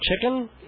chicken